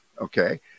Okay